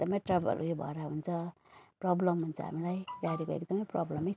एकदमै ट्रबल उयो भएर हुन्छ प्रब्लम हुन्छ हामीलाई गाडीको एकदमै प्रब्लमै छ अन्त यति